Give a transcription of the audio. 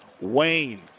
Wayne